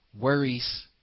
Worries